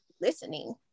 listening